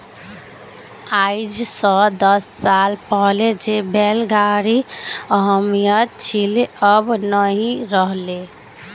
आइज स दस साल पहले जे बैल गाड़ीर अहमियत छिले अब नइ रह ले